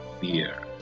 fear